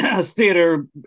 theater